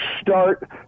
start